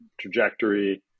trajectory